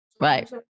right